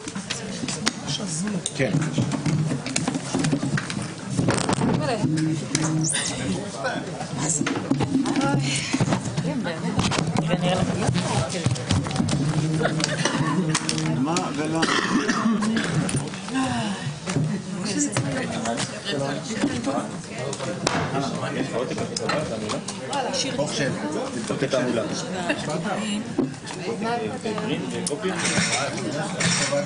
11:35.